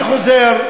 אני חוזר,